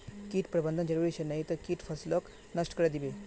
कीट प्रबंधन जरूरी छ नई त कीट फसलक नष्ट करे दीबे